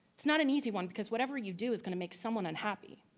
it's not an easy one because whatever you do is gonna make someone unhappy.